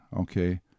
okay